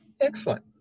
excellent